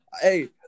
Hey